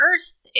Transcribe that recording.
Earth